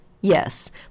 yes